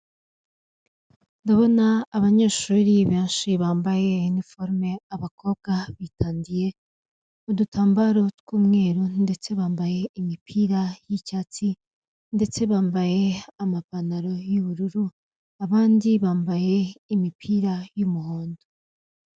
Ndabona abanyeshuri benshi bambaye iniforume abakobwa bitandiye udutambaro tw'umweru, ndetse bambaye imipira y'icyatsi, ndetse bambaye amapantaro y'ubururu, abandi bambaye imipira y'umuhondo.